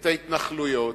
את ההתנחלויות,